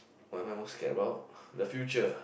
what am I most scared about the future